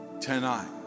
tonight